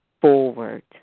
forward